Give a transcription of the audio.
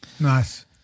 Nice